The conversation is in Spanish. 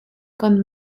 con